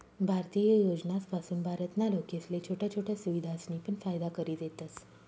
भारतीय योजनासपासून भारत ना लोकेसले छोट्या छोट्या सुविधासनी पण फायदा करि देतस